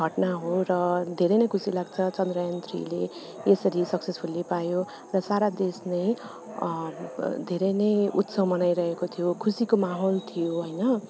घटना हो र धेरै नै खुसी लाग्छ चन्द्रयानथ्रिले यसरी सक्सेसफुल्ली पायो र सारा देश नै धेरै नै उत्सव मनाइरहेको थियो खुसीको माहौल थियो होइन